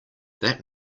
that